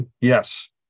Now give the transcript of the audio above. Yes